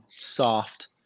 soft